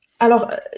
Alors